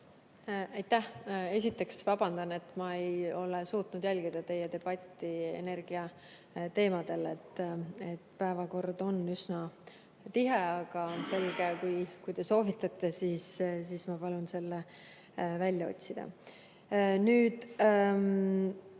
Aitäh! Esiteks vabandan, et ma ei ole suutnud jälgida teie debatti energiateemadel. Päevakord on üsna tihe. Aga on selge, et kui te seda soovitate, siis ma palun selle välja otsida. Ma